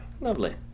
Lovely